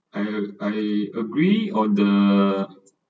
I I agree on the